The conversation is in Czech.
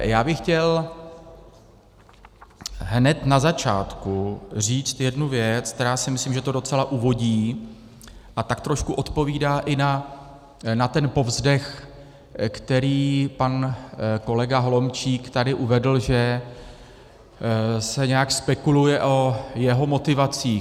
Já bych chtěl hned na začátku říct jednu věc, která si myslím, že to docela uvodí a tak trošku odpovídá i na ten povzdech, který pan kolega Holomčík tady uvedl, že se nějak spekuluje o jeho motivacích.